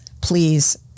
please